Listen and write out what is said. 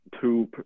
two